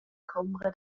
combra